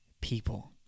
people